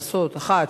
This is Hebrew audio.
לעשות אחת,